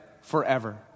forever